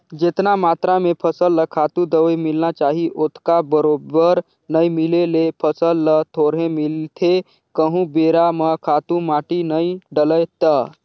जेतना मातरा में फसल ल खातू, दवई मिलना चाही ओतका बरोबर नइ मिले ले फसल ल थोरहें मिलथे कहूं बेरा म खातू माटी नइ डलय ता